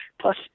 Plus